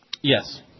Yes